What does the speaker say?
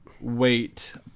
wait